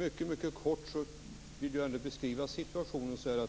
Jag skulle vilja beskriva situationen så,